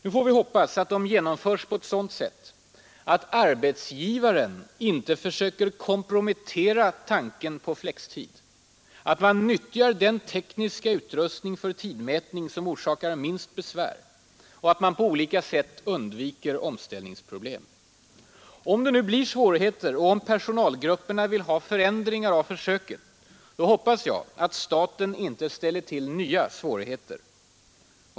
Nu får vi hoppas att de genomförs på ett sådant sätt att arbetsgivaren inte försöker kompromettera tanken på flextid, att man utnyttjar den tekniska utrustning för tidmätning som orsakar minst besvär och att man på olika sätt undviker omställningsproblem. Om det nu blir svårigheter och om personalgrupperna vill ha förändringar av försöket hoppas jag att staten inte ställer till nya svårigheter.